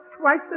twice